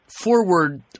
forward